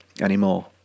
anymore